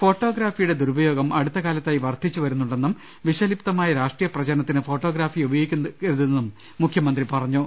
ഫോട്ടോഗ്രാഫിയുടെ ദുരു പയോഗം അടുത്ത കാലത്തായി വർധിച്ചുവരുന്നുണ്ടെന്നും വിഷലിപ്ത മായ രാഷ്ട്രീയ പ്രചരണത്തിന് ഫോട്ടോഗ്രാഫിയെ ഉപയോഗിക്കരു തെന്നും മുഖ്യമന്ത്രി പറഞ്ഞു